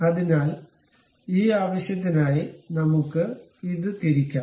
അതിനാൽ ഈ ആവശ്യത്തിനായി നമുക്ക് ഇത് തിരിക്കാം